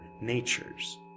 natures